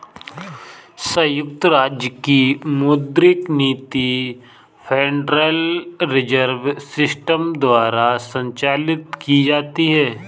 संयुक्त राज्य की मौद्रिक नीति फेडरल रिजर्व सिस्टम द्वारा संचालित की जाती है